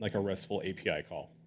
like a restful api call.